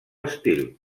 estil